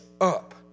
up